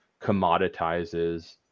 commoditizes